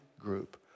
group